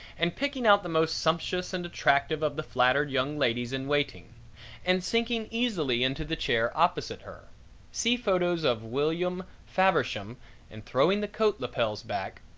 and picking out the most sumptuous and attractive of the flattered young ladies in waiting and sinking easily into the chair opposite her see photos of william faversham and throwing the coat lapels back,